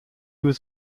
was